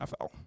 NFL